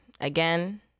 again